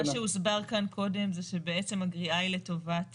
מה שהוסבר כאן קודם זה שבעצם הגריעה היא לטובת